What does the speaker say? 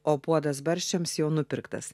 o puodas barščiams jau nupirktas